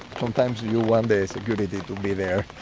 sometimes you wonder, it's a good idea to be there?